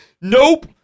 Nope